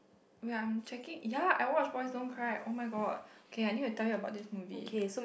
we are checking ya I watched the boys don't cry oh-my-god k I need to tell you about this movie